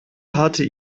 hatte